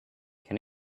can